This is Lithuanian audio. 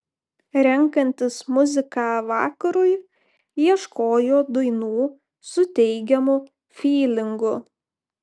renkantis muziką vakarui ieškojo dainų su teigiamu fylingu